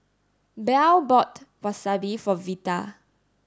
Belle bought Wasabi for Vita